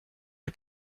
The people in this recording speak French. les